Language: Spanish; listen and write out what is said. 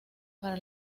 para